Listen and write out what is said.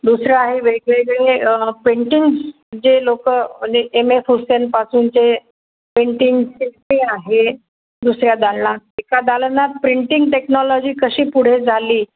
दुसरं आहे वेगवेगळे पेंटिंग्स जे लोकं म्हणजे एम एफ हुसेनपासूनचे पेंटिंग पेंटिंग्स आहे दुसऱ्या दालनात एका दालना प्रेंटिंग टेक्नॉलॉजी कशी पुढे झाली